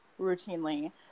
routinely